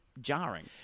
jarring